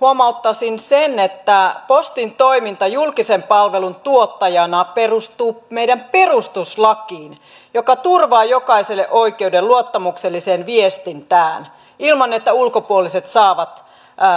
huomauttaisin että postin toiminta julkisen palvelun tuottajana perustuu meidän perustuslakiin joka turvaa jokaiselle oikeuden luottamukselliseen viestintään ilman että ulkopuoliset saavat